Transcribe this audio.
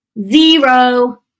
Zero